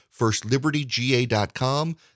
FirstLibertyGA.com